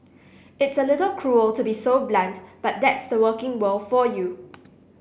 it's a little cruel to be so blunt but that's the working world for you